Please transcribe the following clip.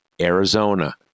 Arizona